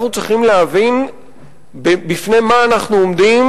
אנחנו צריכים להבין בפני מה אנחנו עומדים,